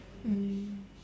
mm